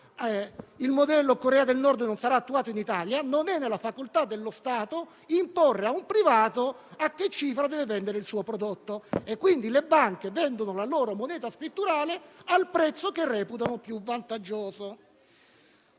cara Corea del Nord non sarà attuato in Italia, non è nella facoltà dello Stato imporre a un privato la cifra cui deve vendere il suo prodotto. Le banche vendono quindi la loro moneta scritturale al prezzo che reputano più vantaggioso.